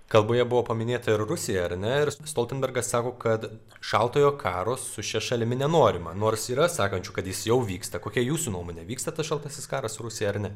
kalboje buvo paminėta ir rusija ar ne ir stoltenbergas sako kad šaltojo karo su šia šalimi nenorima nors yra sakančių kad jis jau vyksta kokia jūsų nuomonė vyksta tas šaltasis karas su rusija ar ne